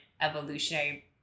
evolutionary